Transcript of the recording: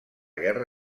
guerra